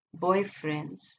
boyfriends